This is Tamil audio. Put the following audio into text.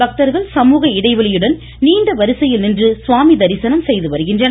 பக்தர்கள் சமூக இடைவெளியுடன் நீண்ட வரிசையில் நின்று சுவாமி தரிசனம் செய்து வருகின்றனர்